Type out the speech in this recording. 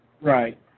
Right